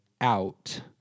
out